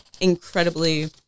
incredibly